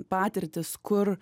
patirtys kur